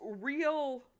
real